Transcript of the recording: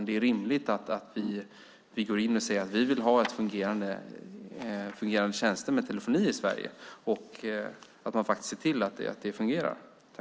Det är rimligt att vi går in och säger att vi vill ha fungerande tjänster med telefoni i Sverige och att man ser till att det blir så.